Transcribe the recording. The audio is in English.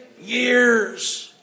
years